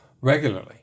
regularly